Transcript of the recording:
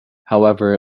however